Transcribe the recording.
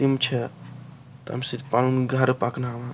تِم چھِ تَمہِ سۭتۍ پَنُن گَرٕ پکناوان